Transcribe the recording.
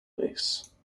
base